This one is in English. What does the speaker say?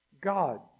God